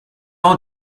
are